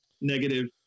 negative